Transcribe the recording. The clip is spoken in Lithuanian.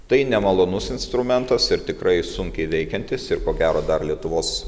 tai nemalonus instrumentas ir tikrai sunkiai veikiantis ir ko gero dar lietuvos